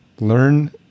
learn